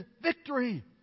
victory